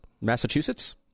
Massachusetts